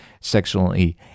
sexually